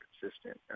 consistent